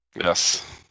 Yes